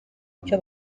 icyo